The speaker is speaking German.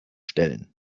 stellen